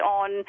on